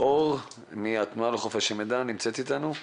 אור מהתנועה לחופש המידע נמצא איתנו?